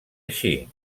així